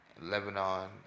Lebanon